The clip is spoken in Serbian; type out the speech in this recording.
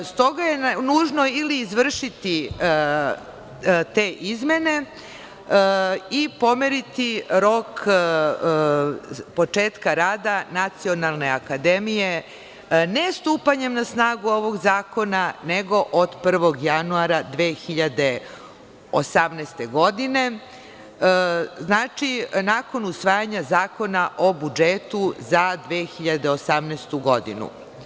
Stoga je nužno ili izvršiti te izmene i pomeriti rok početka rada Nacionalne akademije, ne stupanjem na snagu ovog zakona, nego od 1. januara 2018. godine, znači nakon usvajanja Zakona o budžetu za 2018. godinu.